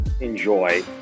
enjoy